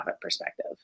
perspective